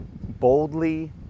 boldly